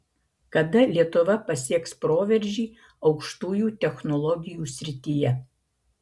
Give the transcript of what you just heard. kada lietuva pasieks proveržį aukštųjų technologijų srityje